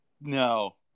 No